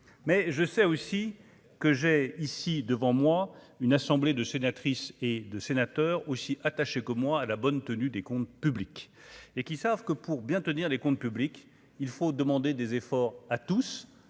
mais je sais aussi que j'ai ici devant moi une assemblée de sénatrice et de sénateurs aussi attaché que moi à la bonne tenue des comptes publics et qui savent que pour bien tenir les comptes publics, il faut demander des efforts à tous